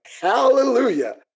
hallelujah